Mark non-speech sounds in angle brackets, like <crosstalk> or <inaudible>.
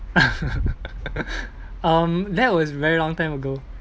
<laughs> um that was very long time ago